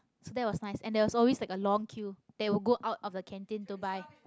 so that was nice and there was always like a long queue that will go out of the canteen to buy